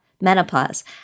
menopause